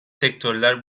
sektörler